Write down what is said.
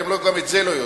גם את זה אתם לא יודעים.